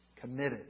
committed